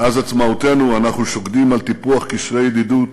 מאז עצמאותנו אנחנו שוקדים על פיתוח קשרי ידידות